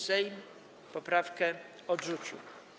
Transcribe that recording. Sejm poprawkę odrzucił.